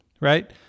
right